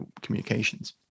communications